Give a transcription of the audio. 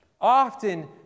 Often